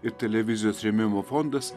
ir televizijos rėmimo fondas